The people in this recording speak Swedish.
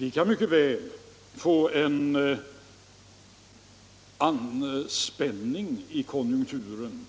Vi kan mycket väl få en anspänning i konjunkturen,